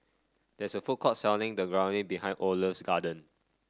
there is a food court selling Dangojiru behind Oliver's garden